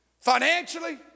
financially